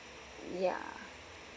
yeah